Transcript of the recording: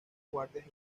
guardias